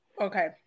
okay